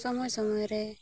ᱥᱚᱢᱚᱭ ᱥᱚᱢᱚᱭ ᱨᱮ